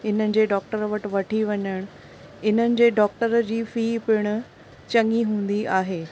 हिननि जे डॉक्टर वठी वञणु इन्हनि जे डॉक्टर जी फी पिणु चङी हूंदी आहे